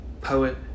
Poet